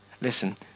Listen